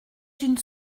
une